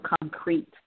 concrete